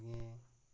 कुड़ियें